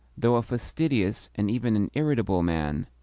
though a fastidious, and even an irritable, man,